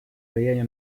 влияние